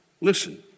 Listen